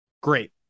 Great